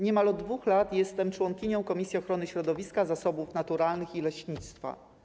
Niemal od 2 lat jestem członkinią Komisji Ochrony Środowiska, Zasobów Naturalnych i Leśnictwa.